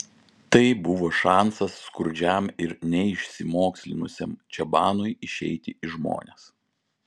tai buvo šansas skurdžiam ir neišsimokslinusiam čabanui išeiti į žmones